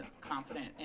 confident